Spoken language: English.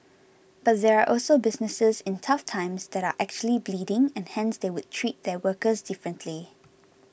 but there are also businesses in tough times that are actually bleeding and hence they would treat their workers differently